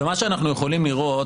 ומה שאנחנו יכולים לראות,